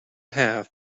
half